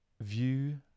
view